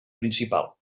principal